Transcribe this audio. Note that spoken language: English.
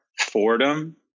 Fordham